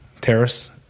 terrace